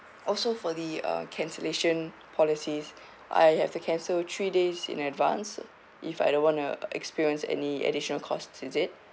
also for the uh cancellation policies I have to cancel three days in advance if I don't want to experience any additional costs is it